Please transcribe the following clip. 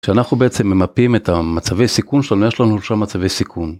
כשאנחנו בעצם ממפים את המצבי סיכון שלנו, יש לנו שם מצבי סיכון.